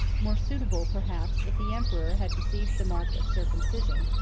more suitable, perhaps, if the emperor had received the mark of circumcision,